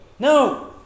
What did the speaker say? No